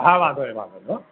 હા વાંધો નહીં વાંધો નહીં હોં